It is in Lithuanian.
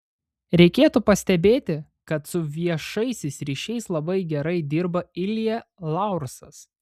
reikėtų pastebėti kad su viešaisiais ryšiais labai gerai dirba ilja laursas